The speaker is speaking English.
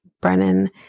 Brennan